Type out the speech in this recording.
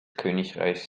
königreichs